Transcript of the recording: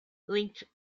linked